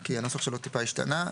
כי הנוסח שלו השתנה.